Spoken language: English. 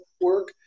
work